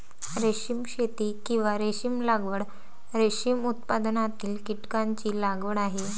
रेशीम शेती, किंवा रेशीम लागवड, रेशीम उत्पादनातील कीटकांची लागवड आहे